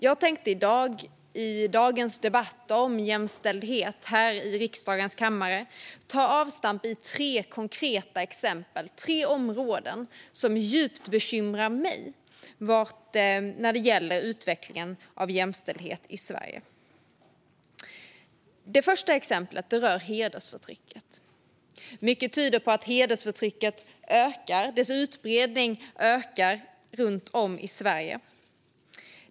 Jag tänkte i dagens debatt om jämställdhet här i riksdagens kammare ta avstamp i tre konkreta exempel, tre områden som djupt bekymrar mig när det gäller utvecklingen av jämställdhet i Sverige. Det första exemplet rör hedersförtrycket. Mycket tyder på att hedersförtrycket ökar, att utbredningen ökar runt om i Sverige.